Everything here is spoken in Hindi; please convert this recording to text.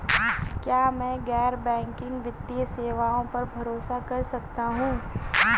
क्या मैं गैर बैंकिंग वित्तीय सेवाओं पर भरोसा कर सकता हूं?